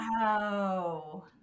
Wow